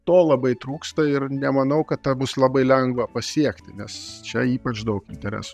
to labai trūksta ir nemanau kad tą bus labai lengva pasiekti nes čia ypač daug interesų